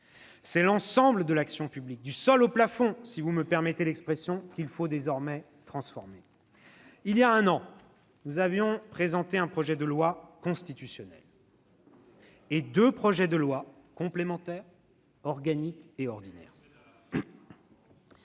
C'est l'ensemble de l'action publique- " du sol au plafond ", si vous me permettez l'expression -qu'il faut désormais transformer. « Il y a un an, nous avions présenté un projet de loi constitutionnelle et deux projets de loi complémentaires, organique et ordinaire.